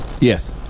yes